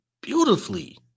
beautifully